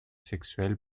sexuels